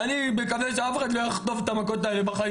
אני מקווה שאף אחד לא יחטוף את המכות האלה בחיים,